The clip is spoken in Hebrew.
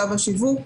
שלב השיווק.